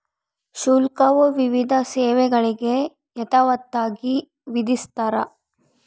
ಶುಲ್ಕವು ವಿವಿಧ ಸೇವೆಗಳಿಗೆ ಯಥಾವತ್ತಾಗಿ ವಿಧಿಸ್ತಾರ